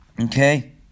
okay